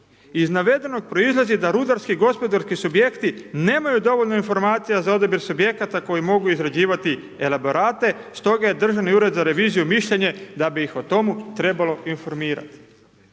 Iz navedenog proizlazi da rudarski gospodarski subjekti ne maju dovoljno informacija za odabir subjekata koji mogu izrađivati elaborate, stoga je Državni ured za reviziju mišljenja da bi ih o tomu trebalo informirati.“